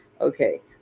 okay